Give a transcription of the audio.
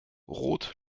roth